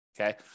okay